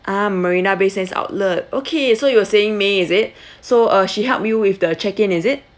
ah marina bay sands outlet okay so you were saying may is it so uh she helped you with the check in is it